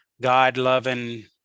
god-loving